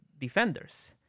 defenders